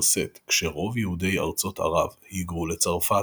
שאת כשרוב יהודי ארצות ערב היגרו לצרפת,